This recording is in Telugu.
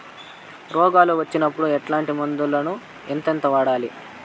రోగాలు వచ్చినప్పుడు ఎట్లాంటి మందులను ఎంతెంత వాడాలి?